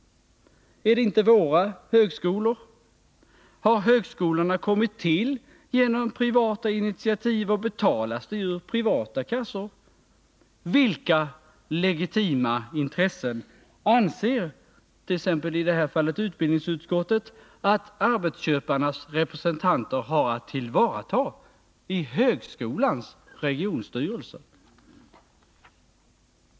Är det inte våra högskolor? Har högskolorna kommit till på privata initiativ, och betalas de ur privata kassor? Vilka legitima intressen, som t.ex. i det här fallet, anser utbildningsutskottet att arbetsköparnas representanter har att 125 tillvarata i högskolans regionstyrelser?